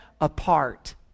apart